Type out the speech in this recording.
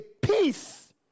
peace